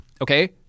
Okay